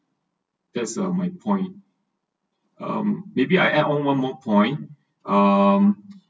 that's are my point um maybe I add on one more point um